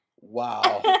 Wow